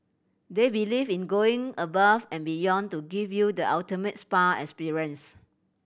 they believe in going above and beyond to give you the ultimate spa experience